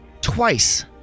twice